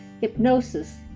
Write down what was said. hypnosis